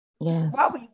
Yes